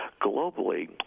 globally